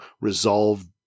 resolve